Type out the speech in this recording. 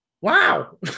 wow